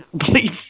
please